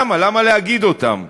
למה, למה להגיד אותן?